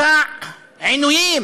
מסע עינויים